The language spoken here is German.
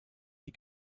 die